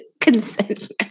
Consent